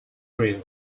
grew